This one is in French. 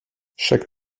chaque